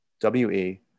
W-E